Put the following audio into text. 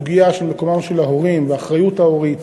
הסוגיה של מקומם של ההורים והאחריות ההורית,